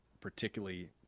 particularly